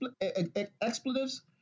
expletives